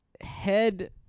head